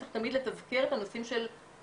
צריך תמיד לתזכר את הנושאים של הסיכון.